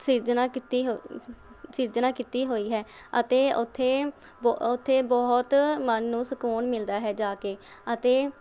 ਸਿਰਜਣਾ ਕੀਤੀ ਹੋ ਸਿਰਜਣਾ ਕੀਤੀ ਹੋਈ ਹੈ ਅਤੇ ਉੱਥੇ ਬ ਉੱਥੇ ਬਹੁਤ ਮਨ ਨੂੰ ਸਕੂਨ ਮਿਲਦਾ ਹੈ ਜਾ ਕੇ ਅਤੇ